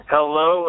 Hello